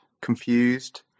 confused